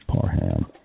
Parham